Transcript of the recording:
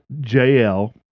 JL